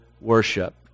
worship